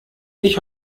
ich